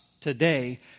today